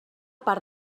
part